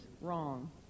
wrong